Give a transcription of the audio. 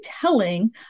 telling